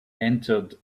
entered